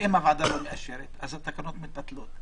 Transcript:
ואם הוועדה לא מאשרת אז התקנות מתבטלות.